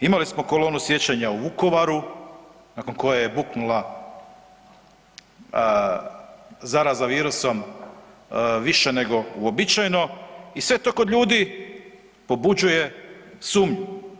Imali smo Kolonu sjećanja u Vukovaru nakon koje je buknula zaraza virusom više nego uobičajeno i sve to kod ljudi pobuđuje sumnju.